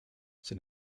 sin